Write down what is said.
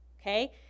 okay